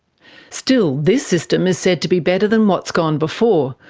still, this system is said to be better than what's gone before,